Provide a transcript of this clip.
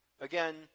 Again